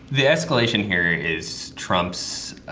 the escalation here is trump's